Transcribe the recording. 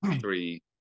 three